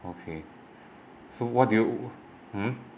okay so what do you hmm